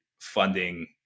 funding